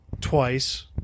twice